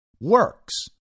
works